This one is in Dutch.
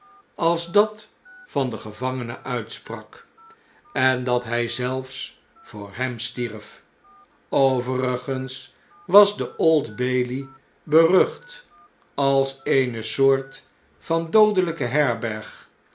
als dat van de gevangene uitsprak en dat hij zelfs voor hem stierf overigens was de old bailey berucht als eene soortvan doodelpe herberg